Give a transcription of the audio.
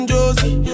Josie